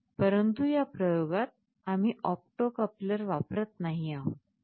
परंतु या प्रयोगात आम्ही ऑप्टो कपलर वापरत नाही आहोत